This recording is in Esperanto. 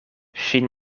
ŝin